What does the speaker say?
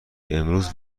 امروز